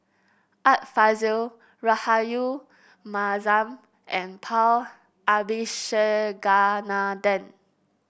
Art Fazil Rahayu Mahzam and Paul Abisheganaden